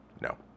No